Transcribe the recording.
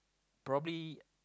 probably